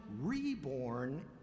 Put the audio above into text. reborn